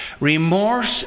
Remorse